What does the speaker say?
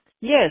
Yes